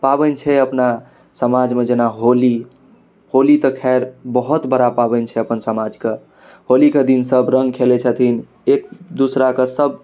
पाबनि छै अपना समाजमे जेना होली होली तऽ खैर बहुत बड़ा पाबनि छै अपन समाजके होलीके दिन सभ रङ्ग खेलै छथिन एक दोसराके सभ